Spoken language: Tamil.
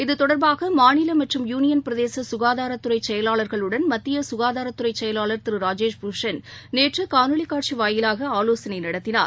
இத்தொடர்பாக மாநில மற்றும் யூனியன் பிரதேச சுகாதாரத்துறை செயலாளர்களுடன் மத்திய சுகாதாரத்துறை செயலளார் திரு ராஜேஷ் பூஷண் நேற்று காணொலி காட்சி வாயிலாக ஆலோசனை நடத்தினார்